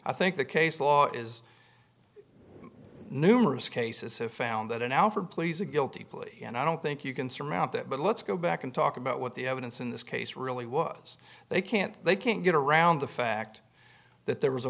i think the case law is numerous cases have found that an alford plea is a guilty plea and i don't think you can surmount that but let's go back and talk about what the evidence in this case really was they can't they can't get around the fact that there was a